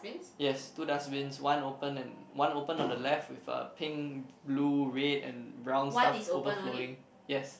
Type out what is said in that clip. yes two dustbins one open and one open on the left with a pink blue red and brown stuff overflowing yes